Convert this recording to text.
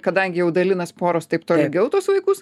kadangi jau dalinas poros taip tolygiau tuos vaikus